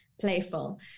playful